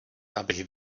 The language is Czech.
abych